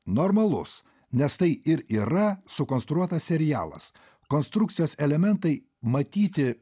normalus nes tai ir yra sukonstruotas serialas konstrukcijos elementai matyti